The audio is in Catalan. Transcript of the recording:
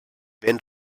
ben